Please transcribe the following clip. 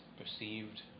perceived